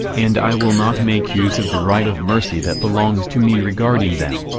and i will not make use of the right of mercy that belongs to me regarding them.